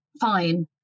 fine